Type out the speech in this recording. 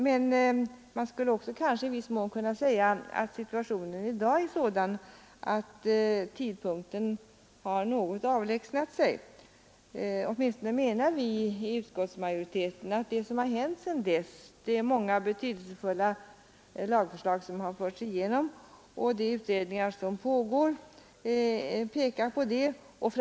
Kanske skulle man också i viss mån kunna säga att situationen i dag är sådan, att tidpunkten något avlägsnat sig. Åtminstone menar vi i utskottsmajoriteten att sedan dess många betydelsefulla lagförslag förts igenom och att de utredningar, som pågår, pekar i den riktningen.